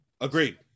agreed